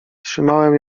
trzymałem